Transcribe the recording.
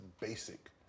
basic